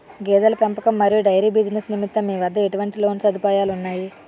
గేదెల పెంపకం మరియు డైరీ బిజినెస్ నిమిత్తం మీ వద్ద ఎటువంటి లోన్ సదుపాయాలు ఉన్నాయి?